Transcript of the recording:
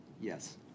Yes